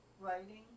writing